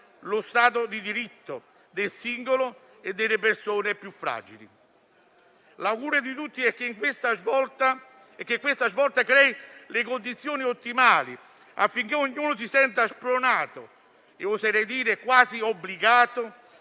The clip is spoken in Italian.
lo Stato di diritto del singolo e delle persone più fragili. L'augurio di tutti è che questa svolta crei le condizioni ottimali affinché ognuno si senta spronato e, oserei dire, quasi obbligato